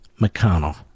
McConnell